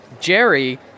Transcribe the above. Jerry